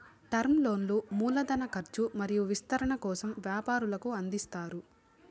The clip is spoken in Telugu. టర్మ్ లోన్లు మూల ధన కర్చు మరియు విస్తరణ కోసం వ్యాపారులకు అందిస్తారు